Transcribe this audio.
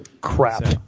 Crap